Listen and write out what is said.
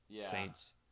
Saints